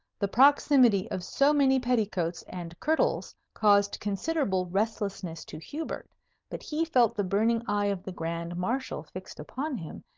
the proximity of so many petticoats and kirtles caused considerable restlessness to hubert but he felt the burning eye of the grand marshal fixed upon him,